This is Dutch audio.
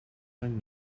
zijn